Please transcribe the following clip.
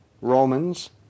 Romans